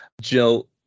Jill